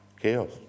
Chaos